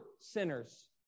sinners